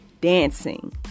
dancing